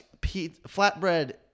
flatbread